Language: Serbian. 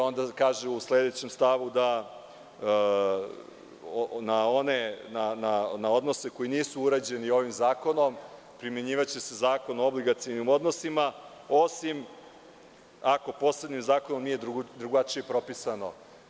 Onda kaže u sledećem stavu - na odnose koji nisu uređeni ovim zakonom primenjivaće se Zakon o obligacionim odnosima, osim ako posebnim zakonom nije drugačije propisano.